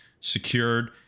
secured